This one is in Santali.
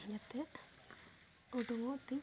ᱡᱟᱛᱮ ᱩᱰᱩᱝᱚᱜ ᱛᱤᱧ